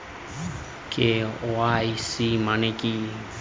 KYC মানে কী?